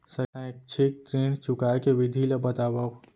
शैक्षिक ऋण चुकाए के विधि ला बतावव